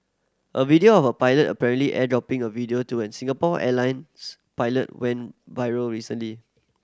a video of a pilot apparently airdropping a video to an Singapore Airlines pilot went viral recently